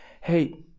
hey